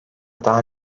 daha